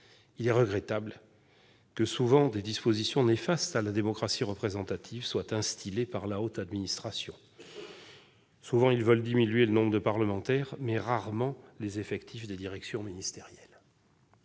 Il est regrettable que des dispositions néfastes à la démocratie représentative soient souvent instillées par la haute administration. Les hauts fonctionnaires veulent souvent diminuer le nombre de parlementaires, mais rarement les effectifs des directions ministérielles